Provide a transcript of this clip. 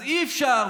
אז אי-אפשר,